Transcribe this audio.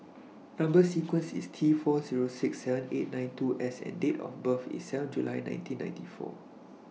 Number sequence IS T four Zero six seven eight nine two S and Date of birth IS seven July nineteen ninety four